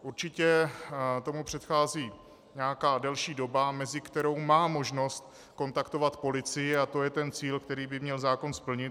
Určitě tomu předchází nějaká delší doba, mezi kterou má možnost kontaktovat policii, a to je ten cíl, který by měl zákon splnit.